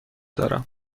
دارم